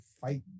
fight